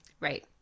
Right